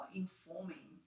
informing